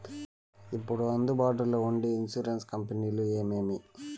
ఇప్పుడు అందుబాటులో ఉండే ఇన్సూరెన్సు కంపెనీలు ఏమేమి?